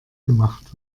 gemacht